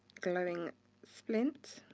glowing splint,